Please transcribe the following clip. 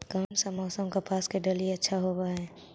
कोन सा मोसम कपास के डालीय अच्छा होबहय?